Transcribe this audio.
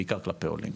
בעיקר כלפי עולים.